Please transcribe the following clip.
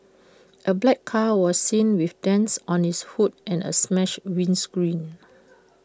A black car was seen with dents on its hood and A smashed windscreen